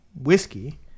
whiskey